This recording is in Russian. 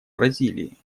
бразилии